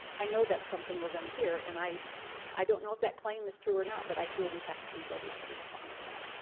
i know that's something we're going to hear. and i i don't know if that claim is true or not, but i feel we have to be ready to respond to that.